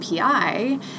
API